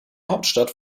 hauptstadt